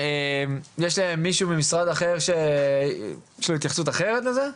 יש מישהו ממשרד אחר שיש לו התייחסות אחרת לזה?